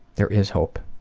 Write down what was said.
there is hope.